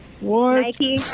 Nike